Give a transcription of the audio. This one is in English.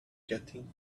getting